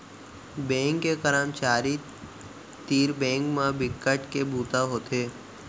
bank के करमचारी तीर बेंक म बिकट के बूता होथे